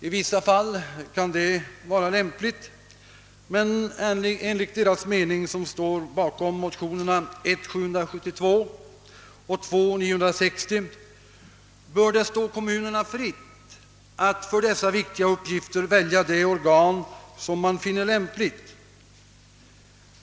I vissa fall kan det vara lämpligt, men enligt deras mening som står bakom motionerna I: 772 och II: 960 bör det stå kommunerna fritt att för dessa viktiga uppgifter välja det organ som man finner lämpligt.